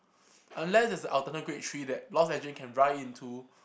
unless it's a alternate great three that law can ride into